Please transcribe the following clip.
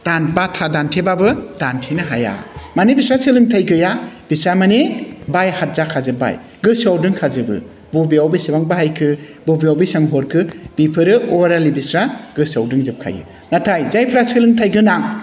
दान बाथ्रा दानथेबाबो दानथेनो हाया माने बिसोरहा सोलोंथाइ गैया बिस्रा माने बायहाथ जाखाजोब्बाय गोसोआव दोनखाजोबो बबेयाव बेसेबां बाहायखो बबेयाव बेसेबां हरखो बिफोरो अरेलि बिस्रा गोसोयाव दंजोबखायो नाथाय जायफ्रा सोलोंथाइ गोनां